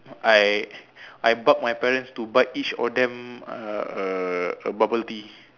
I I bug my parent to buy each of them uh a bubble tea